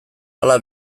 hala